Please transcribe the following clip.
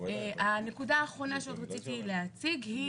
הנקודה האחרונה שעוד רציתי להציג היא